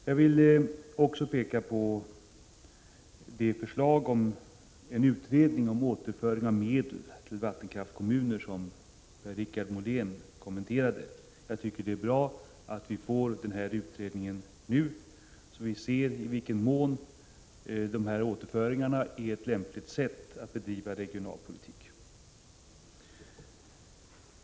Jag vill också peka på det förslag om en utredning rörande återföring av medel till vattenkraftskommuner som Per-Richard Molén kommenterade. Jag tycker det är bra att vi får en sådan utredning nu, så att vi ser i vilken mån sådana återföringar är ett lämpligt sätt att bedriva regionalpolitik på.